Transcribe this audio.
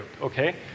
Okay